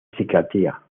psiquiatría